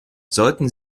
sollte